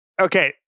Okay